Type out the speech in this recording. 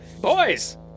Boys